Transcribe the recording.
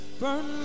burn